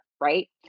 Right